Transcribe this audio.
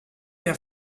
der